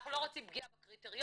אנחנו לא רוצים פגיעה בקריטריונים,